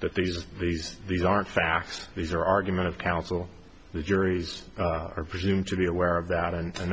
that these these these aren't facts these are argument of counsel the juries are presumed to be aware of that and